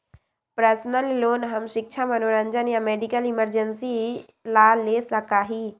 personal loan हम शिक्षा मनोरंजन या मेडिकल इमरजेंसी ला ले सका ही